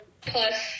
plus